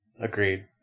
agreed